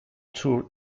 tour